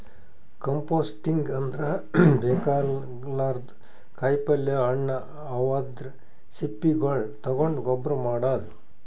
composting ಅಂದ್ರ ಬೇಕಾಗಲಾರ್ದ್ ಕಾಯಿಪಲ್ಯ ಹಣ್ಣ್ ಅವದ್ರ್ ಸಿಪ್ಪಿಗೊಳ್ ತಗೊಂಡ್ ಗೊಬ್ಬರ್ ಮಾಡದ್